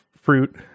fruit